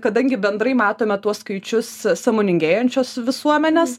kadangi bendrai matome tuos skaičius sąmoningėjančios visuomenės